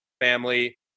family